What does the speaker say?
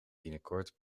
binnenkort